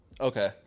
Okay